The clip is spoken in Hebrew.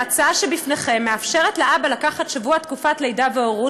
ההצעה שבפניכם מאפשרת לאבא לקחת שבוע תקופת לידה והורות